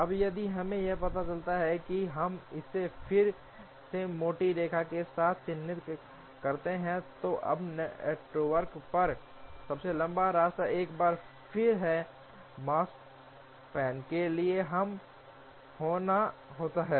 अब यदि हमें यह पता चलता है कि हम इसे फिर से मोटी रेखा के साथ चिह्नित करते हैं तो अब नेटवर्क पर सबसे लंबा रास्ता एक बार फिर से माकस्पैन के लिए कम होता है